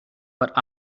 but